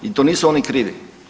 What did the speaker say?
I to nisu oni krivi.